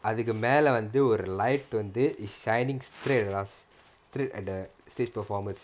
அதுக்கு மேல வந்து ஒரு:athuku maela vanthu oru light வந்து:vanthu is shining straight at us straight at the stage performance